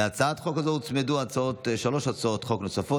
להצעת החוק הזו הוצמדו שלוש הצעות חוק נוספות.